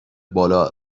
بالا